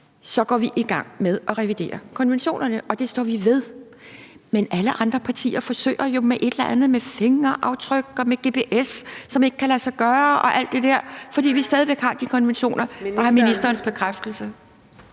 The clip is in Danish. vi gå i gang med at revidere konventionerne, og det står vi ved. Men alle andre partier forsøger jo med et eller andet med fingeraftryk og med gps, som ikke kan lade sig gøre, og alt det der, fordi vi stadig væk har de konventioner. Jeg vil bare have ministerens bekræftelse.